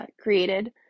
created